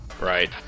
right